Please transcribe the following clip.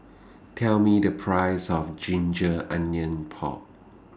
Tell Me The Price of Ginger Onions Pork